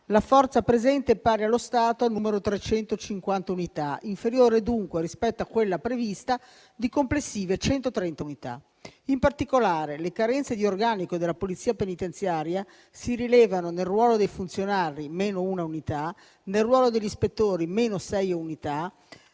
la forza presente è pari, allo stato, a 350 unità, inferiore dunque rispetto a quella prevista di complessive 130 unità. In particolare, le carenze di organico della Polizia penitenziaria si rilevano nel ruolo dei funzionari (meno una unità), nel ruolo degli ispettori (meno sei unità),